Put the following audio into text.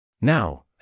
Now